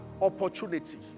opportunity